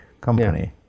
company